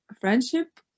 friendship